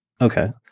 Okay